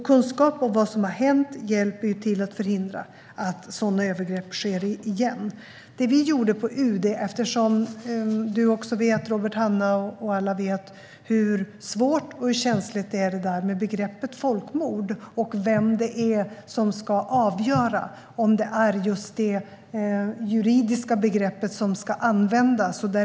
Kunskap om vad som har hänt hjälper till att förhindra att sådana övergrepp sker igen. Både du, Robert Hannah, och alla andra vet att begreppet folkmord är svårt och känsligt liksom vem som ska avgöra om det är just detta juridiska begrepp som ska användas.